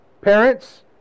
Parents